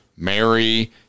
mary